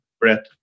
Brett